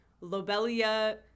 Lobelia